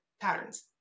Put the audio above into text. patterns